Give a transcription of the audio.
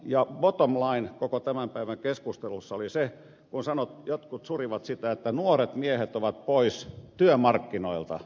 bottom line koko tämän päivän keskustelussa oli se kun jotkut surivat sitä että nuoret miehet ovat pois työmarkkinoilta